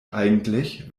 eigentlich